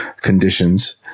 conditions